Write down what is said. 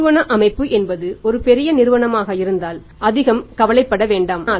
நிறுவன அமைப்பு என்பது ஒரு பெரிய நிறுவனமாக இருந்தால் அதிகம் கவலைப்பட வேண்டாம்